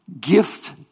gift